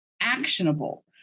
actionable